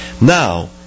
Now